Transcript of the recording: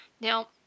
Now